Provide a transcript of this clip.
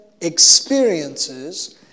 experiences